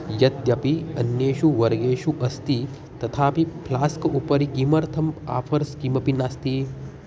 यद्यपि अन्येषु वर्गेषु अस्ति तथापि फ्लास्क् उपरि किमर्थम् आफ़र्स् किमपि नास्ति